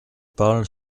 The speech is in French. parle